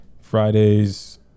Fridays